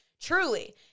Truly